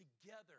together